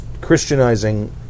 Christianizing